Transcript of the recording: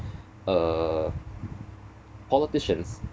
uh politicians